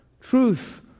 truth